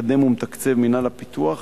מקדם ומתקצב מינהל הפיתוח